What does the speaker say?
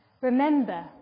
Remember